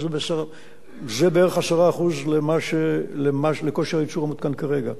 שזה בערך 10% של כושר הייצור המותקן כרגע.